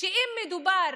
שאם מדובר